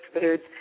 foods